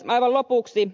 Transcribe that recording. aivan lopuksi